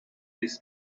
this